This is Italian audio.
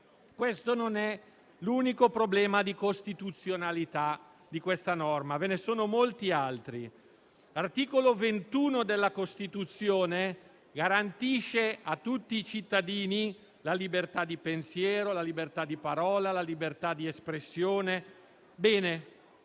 Questo non è l'unico problema di costituzionalità di questa norma. Ve ne sono molti altri. L'articolo 21 della Costituzione garantisce a tutti i cittadini la libertà di pensiero, la libertà di parola e la libertà di espressione.